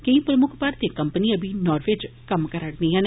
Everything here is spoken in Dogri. कई प्रम्ख भारतीय कंपनियां बी नार्वे इच कम्म करा र दियां न